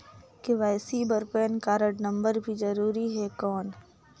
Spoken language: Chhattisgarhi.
के.वाई.सी बर पैन कारड नम्बर भी जरूरी हे कौन?